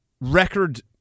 record